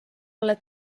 oled